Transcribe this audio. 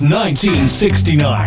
1969